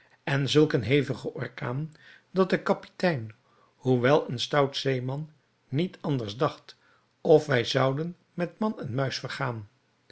en zulk een hevigen orkaan dat de kapitein hoewel een stout zeeman niet anders dacht of wij zouden met man en muis vergaan